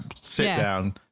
sit-down